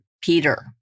Peter